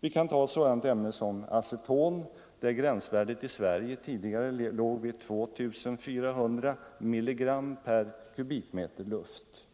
Vad beträffar aceton låg gränsvärdet i Sverige tidigare vid 2 400 mg per kubikmeter luft.